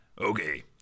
Okay